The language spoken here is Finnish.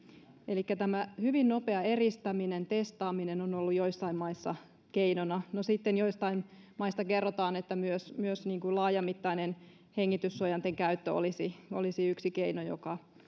elikkä tämä hyvin nopea eristäminen testaaminen on ollut joissain maissa keinona no sitten joistain maista kerrotaan että myös myös laajamittainen hengityssuojainten käyttö olisi olisi yksi keino joka